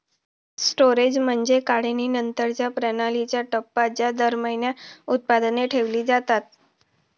storage म्हणजे काढणीनंतरच्या प्रणालीचा टप्पा ज्या दरम्यान उत्पादने ठेवली जातात